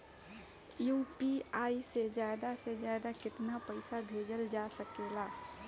UPI से ज्यादा से ज्यादा केतना पईसा भेजल जा सकेला?